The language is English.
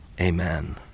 amen